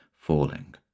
falling